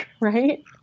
right